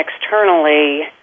externally